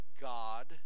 God